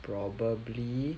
probably